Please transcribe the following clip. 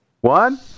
One